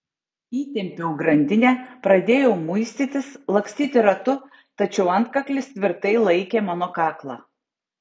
įtempiau grandinę pradėjau muistytis lakstyti ratu tačiau antkaklis tvirtai laikė mano kaklą